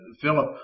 Philip